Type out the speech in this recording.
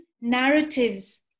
narratives